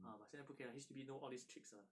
ah but 现在不可以啦 H_D_B knows all these tricks lah